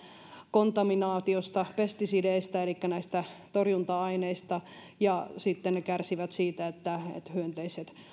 kontaminaatiosta pestisideistä elikkä torjunta aineista ja sitten ne kärsivät siitä että hyönteiset